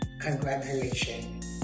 Congratulations